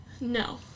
No